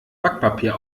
backpapier